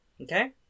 Okay